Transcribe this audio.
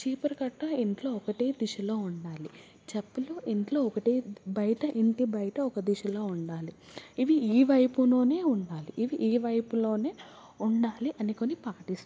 చీపురు కట్ట ఇంట్లో ఒకటే దిశలో ఉండాలి చెప్పులు ఇంట్లో ఒకటే బయట ఇంటి బయట ఒక దిశలో ఉండాలి ఇవి ఈ వైపులోనే ఉండాలి ఇవి ఈ వైపులోనే ఉండాలి అని కొన్ని పాటిస్తారు